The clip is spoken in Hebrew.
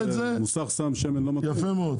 ומוסך שם שמן לא מתאים,